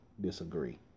disagree